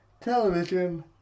television